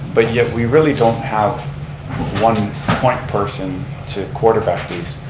but yet we really don't have one point person to quarterback these.